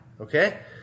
okay